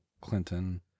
Clinton